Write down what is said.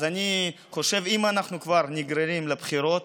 אני חושב שאם אנחנו כבר נגררים לבחירות,